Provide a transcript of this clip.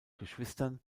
geschwistern